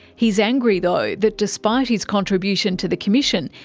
he's angry though that despite his contribution to the commission,